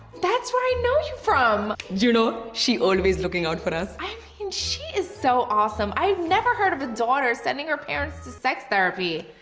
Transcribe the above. that's where i know you from. you know, she always looking out for us. i mean, she is so awesome. i have never heard of a daughter sending her parents to sex therapy.